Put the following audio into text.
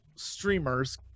streamers